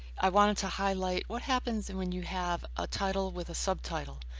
i wanted to highlight what happens and when you have a title with a subtitle.